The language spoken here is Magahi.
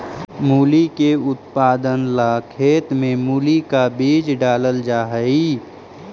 मूली के उत्पादन ला खेत में मूली का बीज डालल जा हई